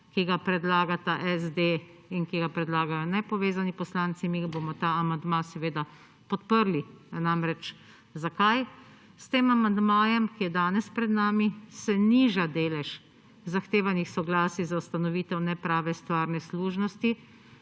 ki ga predlagata SD in ki ga predlagajo Nepovezani poslanci. Mi bomo ta amandma seveda podprli namreč zakaj? S tem amandmajem, ki je danes pred nami se niža delež zahtevanih soglasij za ustanovitev nepravne stvarne služnost,